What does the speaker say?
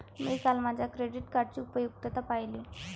मी काल माझ्या क्रेडिट कार्डची उपयुक्तता पाहिली